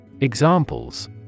Examples